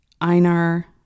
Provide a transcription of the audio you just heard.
Einar